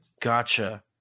Gotcha